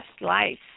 life